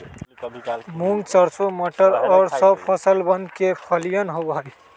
मूंग, सरसों, मटर और सब फसलवन के फलियन होबा हई